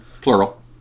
plural